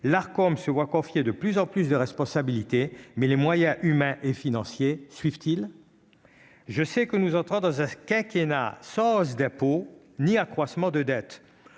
l'Arcom se voit confier de plus en plus de responsabilités, mais les moyens humains et financiers suivent-t-il, je sais que nous entrons dans un quinquennat sauce d'impôts ni accroissement de dettes